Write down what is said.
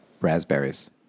raspberries